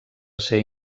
ser